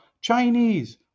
Chinese